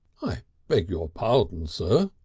i beg your pardon, sir,